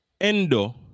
Endo